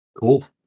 Cool